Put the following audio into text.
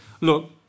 Look